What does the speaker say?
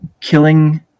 killing